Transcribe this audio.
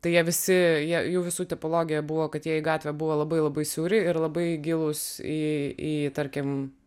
tai jie visi jie jų visų tepologija buvo kad jie į gatvę buvo labai labai siauri ir labai gilūs į į tarkim